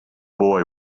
boy